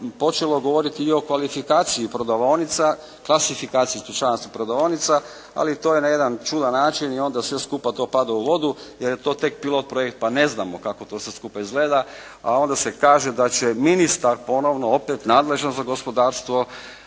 počelo govoriti i o klasifikaciji prodavaonica, ali to je na jedan čudan način i onda sve skupa to pada u vodu jer je to tek pilot projekt pa ne znamo kako to sve skupa izgleda, a onda se kaže da će ministar ponovno oteti nadležnost za gospodarstvo